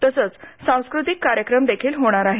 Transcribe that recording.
तसंच सांस्कृतिक कार्यक्रम देखील होणार आहेत